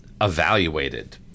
evaluated